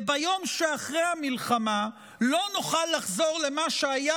וביום שאחרי המלחמה לא נוכל לחזור למה שהיה